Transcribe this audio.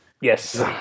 Yes